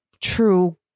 true